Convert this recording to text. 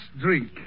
drink